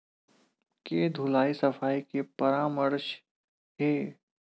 के धुलाई सफाई के का परामर्श हे?